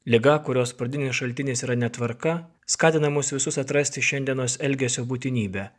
liga kurios pradinis šaltinis yra netvarka skatina mus visus atrasti šiandienos elgesio būtinybę